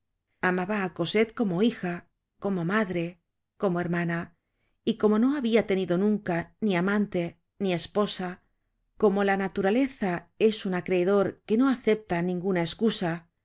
amaba á cosette como hija como madre como hermana y como no habia tenido nunca ni amante ni esposa como la naturaleza es un acreedor que no acepta ninugna escusa